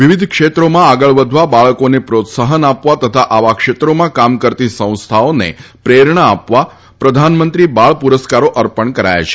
વિવિધ ક્ષેત્રોમાં આગળ વધવા બાળકોને પ્રોત્સાહન આપવા તથા આવા ક્ષેત્રોમાં કામ કરતી સંસ્થાઓને પ્રેરણા આપવા પ્રધાનમંત્રી બાળ પુરસ્કારો અર્પણ કરાય છે